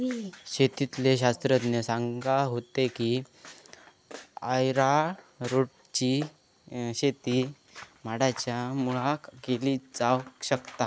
शेतीतले शास्त्रज्ञ सांगा होते की अरारोटची शेती माडांच्या मुळाक केली जावक शकता